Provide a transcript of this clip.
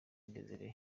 desire